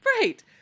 right